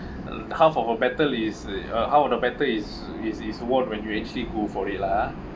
half of a battle is half of the battle is it is won when you actually go for it lah ah